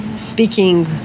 speaking